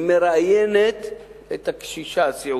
והיא מראיינת את הקשישה הסיעודית: